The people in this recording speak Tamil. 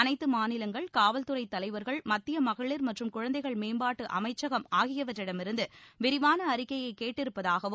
அனைத்து மாநிலங்கள் காவல்துறை தலைவா்கள் மத்திய மகளிா் மற்றும் குழந்தைகள் மேம்பாட்டு அமைச்சகம் ஆகியவற்றிடமிருந்து விரிவான அறிக்கையை கேட்டிருப்பதாகவும்